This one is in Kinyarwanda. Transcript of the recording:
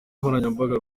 nkoranyambaga